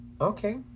Okay